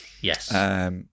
Yes